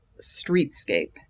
streetscape